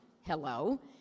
hello